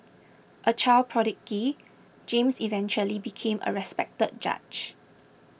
a child prodigy James eventually became a respected judge